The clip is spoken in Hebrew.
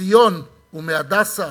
מציון ומ"הדסה"